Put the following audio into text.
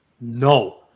No